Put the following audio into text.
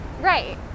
Right